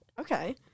okay